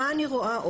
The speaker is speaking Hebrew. מה עוד אני רואה?